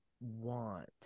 want